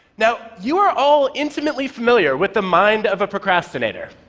now, you are all intimately familiar with the mind of a procrastinator.